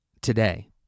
today